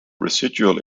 residual